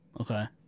Okay